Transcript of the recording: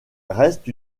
reste